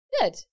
Good